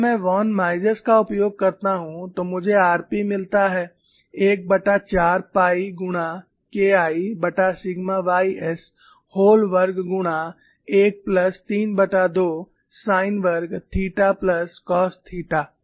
अगर मैं von Mises का उपयोग करता हूं तो मुझे rp मिलता है 14 पाई गुणा KIसिग्मा ys व्होल वर्ग गुणा 1 प्लस 32 साइन वर्ग थीटा प्लस कास थीटा